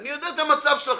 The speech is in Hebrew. אני יודע את המצב שלכם.